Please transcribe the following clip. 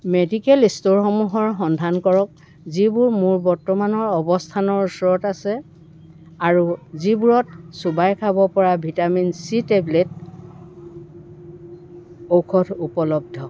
medical ষ্ট'ৰসমূহৰ সন্ধান কৰক যিবোৰ মোৰ বৰ্তমানৰ অৱস্থানৰ ওচৰত আছে আৰু যিবোৰত চোবাই খাব পৰা ভিটামিন চি টেবলেট ঔষধ উপলব্ধ